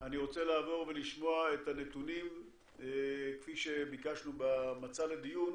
אני רוצה לעבור ולשמוע את הנתונים כפי שביקשנו במצע לדיון